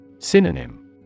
Synonym